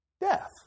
death